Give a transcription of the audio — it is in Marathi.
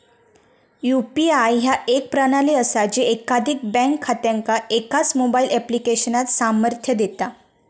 यू.पी.आय ह्या एक प्रणाली असा जी एकाधिक बँक खात्यांका एकाच मोबाईल ऍप्लिकेशनात सामर्थ्य देता